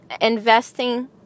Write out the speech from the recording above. investing